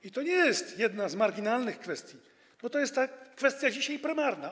I to nie jest jedna z marginalnych kwestii, bo to jest kwestia dzisiaj prymarna.